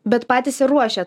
bet patys ir ruošiat